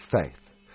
Faith